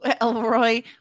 Elroy